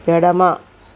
ఎడమ